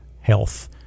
health